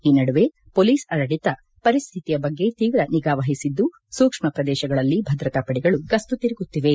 ಈ ನಡುವೆ ಮೊಲೀಸ್ ಆಡಳಿತ ಪರಿಶ್ಥಿತಿಯ ಬಗ್ಗೆ ತೀವ್ರ ನಿಗಾ ವಹಿಸಿದ್ದು ಸೂಕ್ಷ್ಮ ಪ್ರದೇಶಗಳಲ್ಲಿ ಭದ್ರತಾ ಪಡೆಗಳು ಗಸ್ತು ತಿರುಗುತ್ತಿವೆ